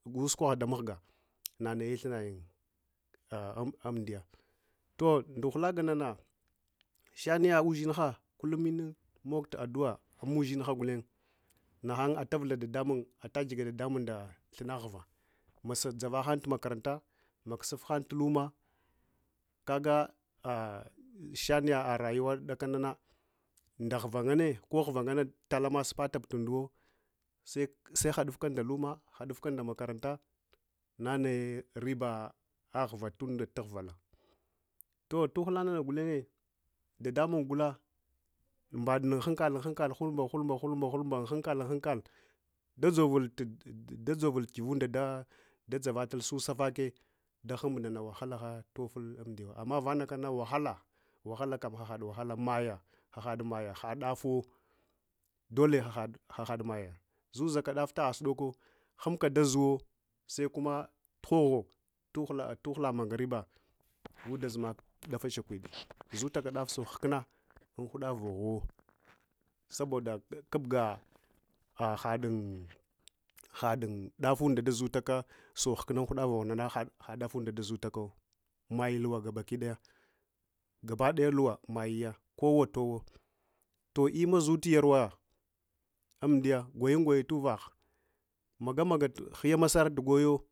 Nanaye thunnayun amdiya toh nɗuhwa nganana shaniya ushinha kullum yun tumok addua umushinha gwenye nahanye atvula dadamun agika dadamun da ndathumna ghuva masa ɗzavahan tumakaranta makusuf hanye tuluma, kaga shaniya a rayuwa kudakana nɗa ghuva nganne, ko ghura nganne talama supatabu tunduwo sehadufka nda luma hadufka nda makaranta nanaye riba ghuva tughurala toh tuhula nana gulenyo ɗaɗamun gula mbad anuankai, anhankal, hulmba humba anhankal anhankal dazarul bugunda ndadzurabal susafake dahumb wahala luful amdiyanawa amma vanana wahala kam ahaɗ wahala maya, ahad maya haɗ ƌavuwo ɗole hahad maya zuzaka daft aha sudoko hambuka ɗazur sekuma tuhigho tuhula magariba guɗazmak dafa shakwiɗe, zutaka daf surhukunna anhuda vohuwa saboɗa kubga ha hadunɗafunɗa. ɗazutaka gauhukuna unhunda dunane haddafunda da maye mulwa gabakiɗay kowa towa, toh imam zut tuyarwa amɗiya gwayun gwaya tuvaghe maga maga huyya masar goyo.